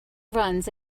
runs